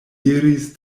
iris